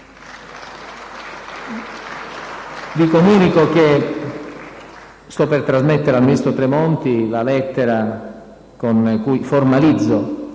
Vi comunico che sto per trasmettere al ministro Tremonti la lettera con cui formalizzo